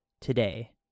today